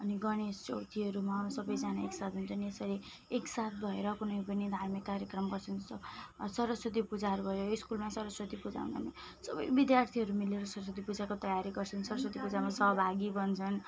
अनि गणेश चौथीहरूमा सबैजना एकसाथ हुन्छन् यसरी एकसाथ भएर कुनै पनि धार्मिक कार्यक्रम गर्छन् जस्तो सरस्वती पूजाहरू भयो है स्कुलमा सरस्वती पूजाहरूमा हामी सबै विद्यार्थीहरू मिलेर सरस्वती पूजाको तयारी गर्छन् सरस्वती पूजामा सहभागी बन्छन्